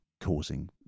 causing